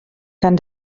kann